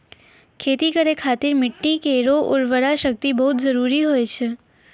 खेती करै खातिर मिट्टी केरो उर्वरा शक्ति बहुत जरूरी होय छै